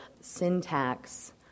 syntax